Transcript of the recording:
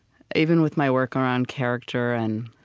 even with my work around character and